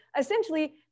essentially